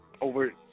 over